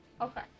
Okay